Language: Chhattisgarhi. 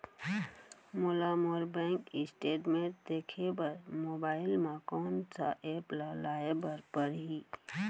मोला मोर बैंक स्टेटमेंट देखे बर मोबाइल मा कोन सा एप ला लाए बर परही?